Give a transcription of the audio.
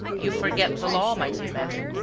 you forget the law, my dear maitre!